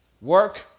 work